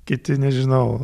kiti nežinau